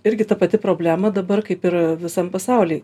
irgi ta pati problema dabar kaip ir visam pasauly